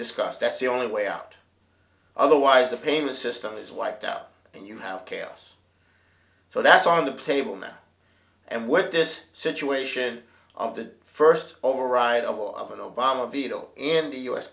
discussed that's the only way out otherwise the payment system is wiped out and you have chaos so that's on the table now and what this situation of the first override of all of an obama veto in the u